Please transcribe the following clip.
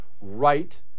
right